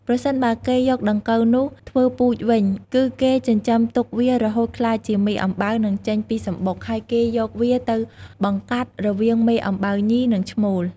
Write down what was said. ប្រសិនបើគេយកដង្កូវនោះធ្វើពូជវិញ គឺគេចិញ្ចឹមទុកវារហូតក្លាយជាមេអំបៅ នឹងចេញពីសំបុក ហើយគេយកវាទៅបង្កាត់ រវាងមេអំបៅញី និងឈ្មោល។